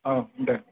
औ दे